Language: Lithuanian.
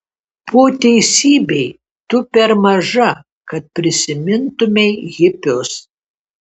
po teisybei tu per maža kad prisimintumei hipius